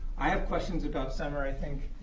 i have questions about summer, i think,